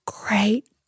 great